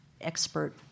expert